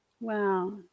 wow